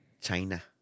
China